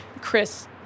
Chris